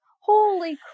holy